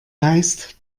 heißt